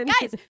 guys